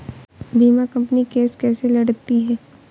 बीमा company case कैसे लड़ती है?